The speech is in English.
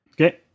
Okay